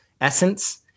essence